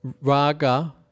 raga